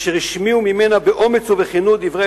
אשר השמיעו ממנה באומץ ובכנות דברי